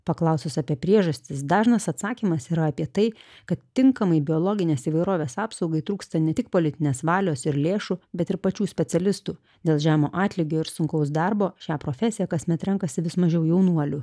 paklausius apie priežastis dažnas atsakymas yra apie tai kad tinkamai biologinės įvairovės apsaugai trūksta ne tik politinės valios ir lėšų bet ir pačių specialistų dėl žemo atlygio ir sunkaus darbo šią profesiją kasmet renkasi vis mažiau jaunuolių